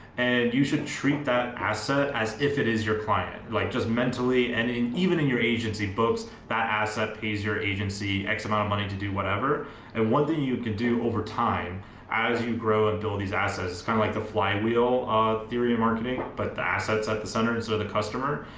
and you should treat that asset as if it is your client, like just mentally and in even in your agency books, that asset pays your agency x amount of money to do whatever and one thing you can do over time as you grow and build these assets is kind of like the flywheel theory of marketing, but the assets at the center, and so the customer,